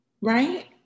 right